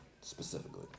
specifically